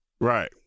Right